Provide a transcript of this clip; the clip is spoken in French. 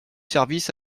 services